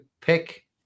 pick